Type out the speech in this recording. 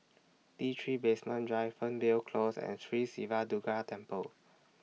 T three Basement Drive Fernvale Close and Sri Siva Durga Temple